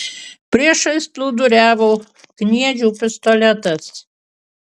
priešais plūduriavo kniedžių pistoletas